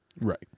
Right